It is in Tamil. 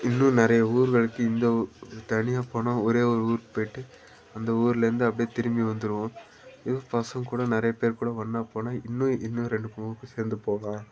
இன்னும் நிறைய ஊர்களுக்கு இந்த ஊர் தனியாக போனால் ஒரே ஒரு ஊருக்குப் போயிட்டு அந்த ஊரிலேருந்து அப்படியே திரும்பி வந்துடுவோம் இதே பசங்கள் கூட நிறைய பேர் கூட ஒன்றா போனால் இன்னும் இன்னும் ரெண்டு மூணு ஊருக்கு சேர்ந்து போகலாம்